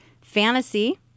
fantasy